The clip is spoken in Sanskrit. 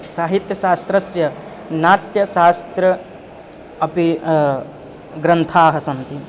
साहित्यशास्त्रस्य नाट्यशास्त्रम् अपि ग्रन्थाः सन्ति